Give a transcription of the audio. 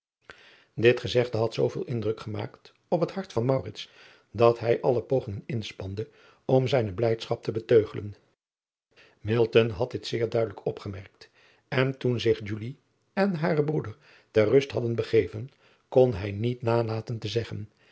it gezegde had zooveel indruk gemaakt op het hart van dat hij alle pogingen inspande om zijne blijdschap te beteugelen had dit zeer duidelijk opgemerkt en toen zich en hare broeder ter rust hadden begeven kon hij niet nalaten te zeggen